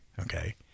okay